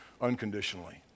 unconditionally